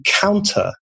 counter